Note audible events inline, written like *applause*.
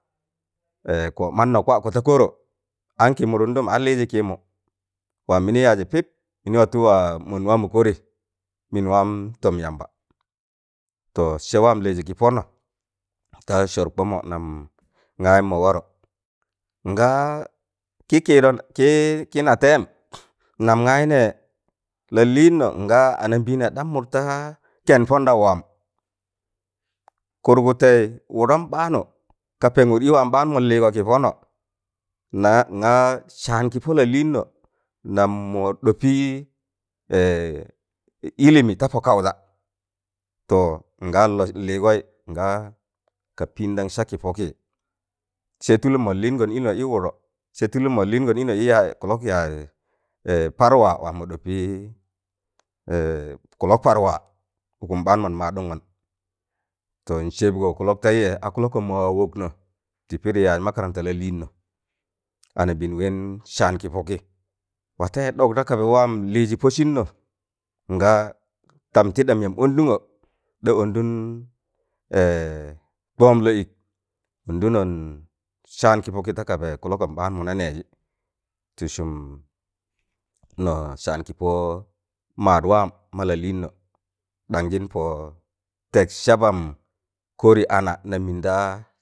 *hesitation* Kọ mannọ kwakọ ta kọrọ ankị mụdụndụm a lijị kịịmụ waam mịnị yaajị pip mịnị watụ wa mọnd wamụ kọrị mịn waam tọm yamba to sẹ waam lịịzị ki pọnọ ta sọr kbọmọ nam gayịm mọ warọ nga kị kịịdom ki ki natem nam gayi nẹẹ lalịnnọ nga anambẹẹna ɗa mụd ta kẹnd pọdaụ waam kụrgụtẹ wudọm ɓaanụ ka pẹngụr ị waam ɓaaanụ mon lịịgọ kị pọnọọ nga nga sạan kịpọ lalịịnnọ nam mọ ɗobị *hesitation* ilimi tapọ kaụza to nga nlịịgọị ka pịịndang sa kị pọkịị sẹ tulụm mọn lịịngọn ịnọ ị wụdọ, sẹ tụlụm mọn lịịngọn ino ịyaz kụlọk yaaz *hesitation* par waa waam mọ ɗọpị kullok par waa ụkụm ɓaan mọn maaɗụn gọn to nsẹbgọ kụlọk tẹịzẹ a kụlọkọm mọwa wọknọ ti pidi yaaz makarantam la lịịnọ anambẹẹn wẹẹn saan kị pọkị watẹịzẹ ḏok da kaba waam lịịzị tị pọ sịnnọ nga tam tịɗam yam ọndụngo da ọndụn *hesitation* tọọm lọọ ịk ọnɗụnọn saan kị pọkị ta kaba kịlọkọm ɓaan mọna nẹẹjị tị sụmm no saan kịpọ maadwa ma la lịịnnọ ɗanjịn pọọ tẹk sabam kọrị ana nammịn daa